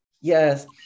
Yes